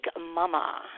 Mama